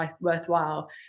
worthwhile